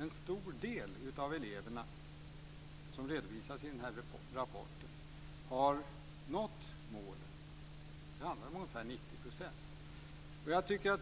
en stor del av eleverna som redovisas i rapporten har nått målen. Det handlar om ungefär 90 %.